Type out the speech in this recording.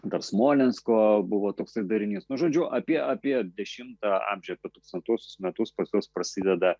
dar smolensko buvo toksai darinys nu žodžiu apie apie dešimtą amžių apie tūkstantuosius metus pas juos prasideda